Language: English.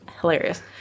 hilarious